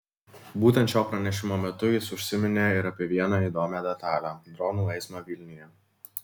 būtent šio pranešimo metu jis užsiminė ir apie vieną įdomią detalę dronų eismą vilniuje